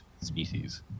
species